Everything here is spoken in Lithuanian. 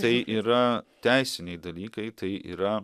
tai yra teisiniai dalykai tai yra